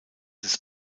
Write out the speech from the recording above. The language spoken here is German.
des